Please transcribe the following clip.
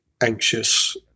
anxious